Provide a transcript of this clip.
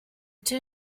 two